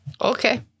okay